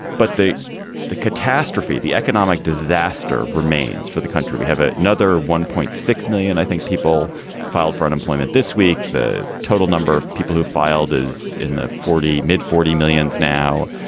but the the catastrophe, the economic disaster remains for the country. we have ah another one point six million. i think people filed for unemployment this week. the total number of people who filed is in the forty mid forty millions. now,